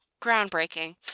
groundbreaking